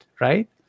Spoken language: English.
right